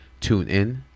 TuneIn